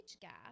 gap